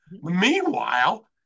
Meanwhile